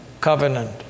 covenant